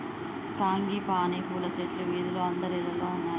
frangipani పూల చెట్లు వీధిలో అందరిల్లల్లో ఉన్నాయి